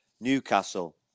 Newcastle